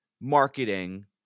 marketing